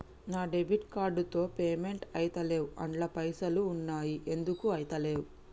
నా debit card తో payment ఐతలేవ్ అండ్ల పైసల్ ఉన్నయి ఎందుకు ఐతలేవ్?